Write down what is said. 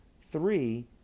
Three